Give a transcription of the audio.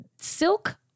silk